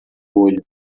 olho